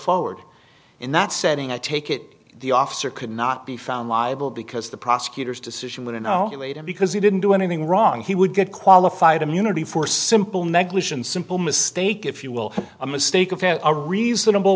forward in that setting i take it the officer could not be found liable because the prosecutor's decision would in no way to because he didn't do anything wrong he would get qualified immunity for simple negligence simple mistake if you will a mistake of a reasonable